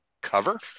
cover